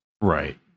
Right